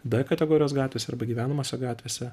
d kategorijos gatvėse arba gyvenamose gatvėse